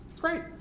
Great